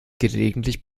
gelegentlich